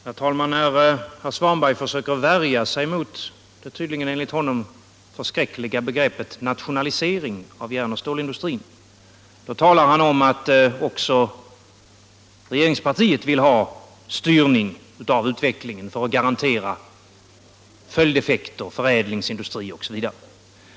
Herr talman! När herr Svanberg försöker värja sig mot det enligt honom tydligen förskräckliga begreppet nationalisering av järnoch stålindustrin talar han om att också regeringspartiet vill ha en styrning av utvecklingen för att garantera följdeffekter, förädlingsindustrin osv.